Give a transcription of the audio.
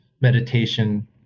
meditation